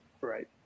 Right